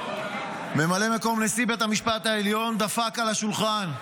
ממלא מקום נשיא בית המשפט העליון דפק על השולחן.